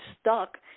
stuck